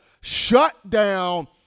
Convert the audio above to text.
shutdown